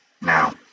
Now